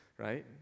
Right